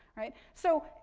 right. so,